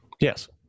Yes